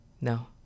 no